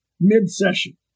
mid-session